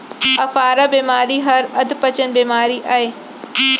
अफारा बेमारी हर अधपचन बेमारी अय